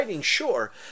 Sure